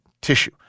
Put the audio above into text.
tissue